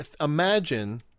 imagine